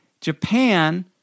Japan